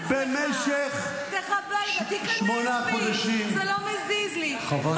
במשך שמונה חודשים --- בסדר,